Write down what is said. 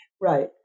Right